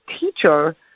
teacher